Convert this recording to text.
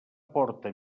porta